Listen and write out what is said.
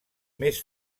més